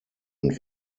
und